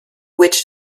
witch